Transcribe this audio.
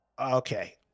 Okay